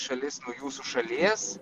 šalis nuo jūsų šalies